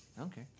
Okay